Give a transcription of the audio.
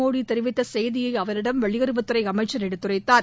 மோடி தெரிவித்த செய்தியை அவரிடம் வெளியுறவுத்துறை அமைச்சர் எடுத்துரைத்தார்